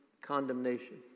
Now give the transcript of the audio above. condemnation